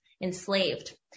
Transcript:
enslaved